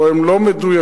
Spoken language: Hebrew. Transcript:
או לא מדויקות,